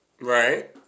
right